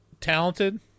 talented